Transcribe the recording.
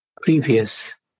previous